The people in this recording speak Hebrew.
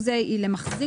מקובל עליך?